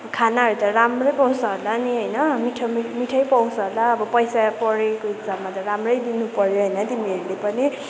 खानाहरू त राम्रै पाउँछ होला नि होइन मिठो मिठै पाउँछ होला अब पैसा परेको हिसाबमा त राम्रै दिनु पऱ्यो होइन तिमीहरूले पनि